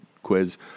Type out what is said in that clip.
Quiz